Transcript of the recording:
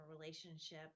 relationship